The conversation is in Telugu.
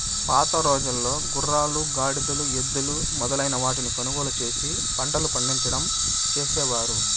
పాతరోజుల్లో గుర్రాలు, గాడిదలు, ఎద్దులు మొదలైన వాటిని కొనుగోలు చేసి పంటలు పండించడం చేసేవారు